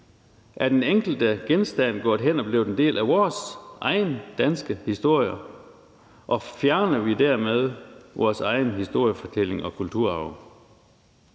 at den enkelte genstand er gået hen og blevet en del af vores egen danske historie. Fjerner vi dermed vores egen historiefortælling og kulturarv